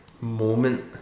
moment